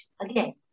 again